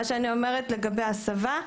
מה שאני אומרת לגבי ההסבה,